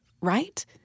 right